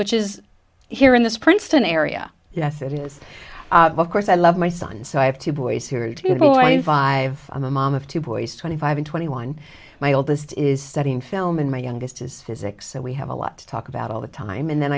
which is here in this princeton area yes it is of course i love my son so i have two boys here to be a boy in five i'm a mom of two boys twenty five and twenty one my oldest is studying film and my youngest is physics so we have a lot to talk about all the time and then